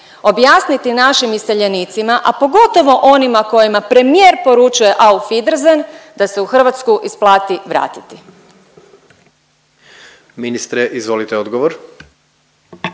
objasniti našim iseljenicima, a pogotovo onima kojima premijer poručuje aufwiedersehen da se u Hrvatsku isplati vratiti?